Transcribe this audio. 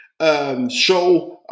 show